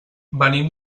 venim